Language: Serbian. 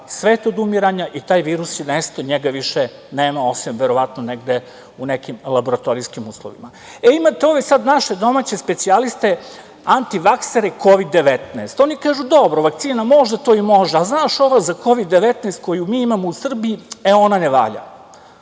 svet od umiranja i taj virus je nestao, njega više nema osim verovatno negde u nekim laboratorijskim uslovima. Imate ovde sada naše domaće specijaliste, antivaksere Kovid 19. Oni kažu – dobro, vakcina može to i može, ali znaš, ova za Kovid 19 koju mi imamo u Srbiji ona ne valja.